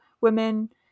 women